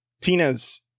tina's